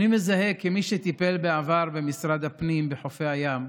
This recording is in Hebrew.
כמי שטיפל בעבר במשרד הפנים בחופי הים,